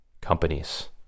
companies